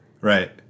Right